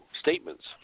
statements